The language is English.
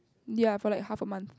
ya for like half a month